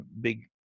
big